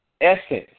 essence